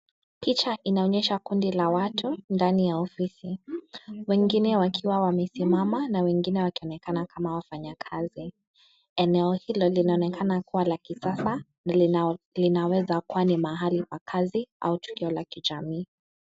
Picha inaonyesha kundi la watu ndani ya ofisi, wengine wakiwa wamesimama na wengine wakionekana kama wafanya kazi. Eneo hilo linaonekana kuwa la kitafa, linaweza kuwa ni mahali pa kazi au tukio la kijamii.